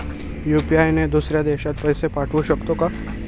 UPI ने दुसऱ्या देशात पैसे पाठवू शकतो का?